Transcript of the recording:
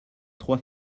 trois